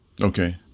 Okay